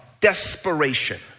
desperation